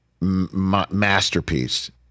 masterpiece